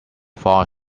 far